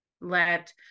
let